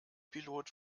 pilot